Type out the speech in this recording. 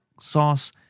sauce